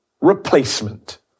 Replacement